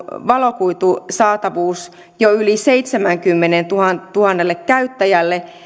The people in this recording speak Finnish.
valokuitusaatavuus jo yli seitsemällekymmenelletuhannelle käyttäjälle